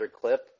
clip